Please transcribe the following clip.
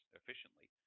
efficiently